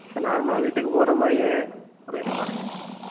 சரி நார்மலாக வீட்டுக்கு போடுற மாதிரியே ஒரு இது பாருங்க